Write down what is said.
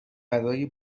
برای